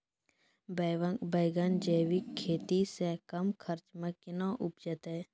बैंगन जैविक खेती से कम खर्च मे कैना उपजते?